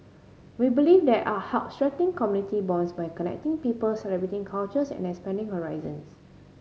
we believe that art helps strengthen community bonds by connecting people celebrating cultures and expanding horizons